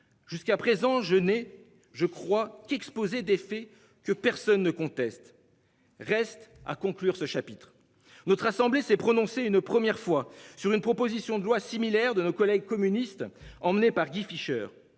jusqu'à présent je n'ai, je crois qu'exposé des faits que personne ne conteste. Reste à conclure ce chapitre notre assemblée s'est prononcée une première fois sur une proposition de loi similaire de nos collègues communistes emmenés par Guy Fischer.